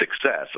success